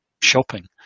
Shopping